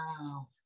Wow